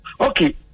Okay